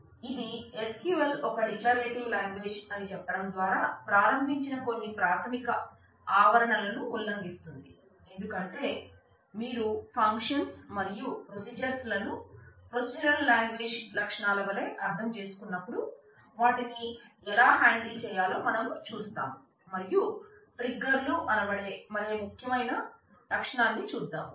ఇది SQL ఒక declarative language లు అనబడే మరో ముఖ్యమైన లక్షణం ని చూద్దాం